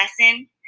lesson